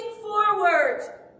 forward